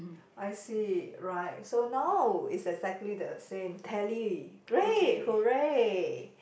I see right so now it's exactly the same tally great !hurray!